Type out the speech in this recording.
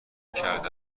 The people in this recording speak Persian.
کرده